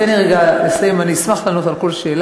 תן לי רגע לסיים, ואני אשמח לענות על כל שאלה.